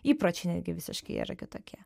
įpročiai netgi visiškai yra kitokie